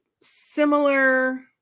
similar